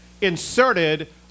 inserted